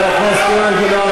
הכנסת אילן גילאון,